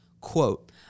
quote